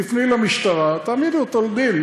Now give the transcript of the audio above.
תפני למשטרה, תעמידי אותו לדין.